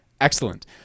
Excellent